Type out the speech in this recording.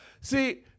See